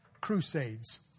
crusades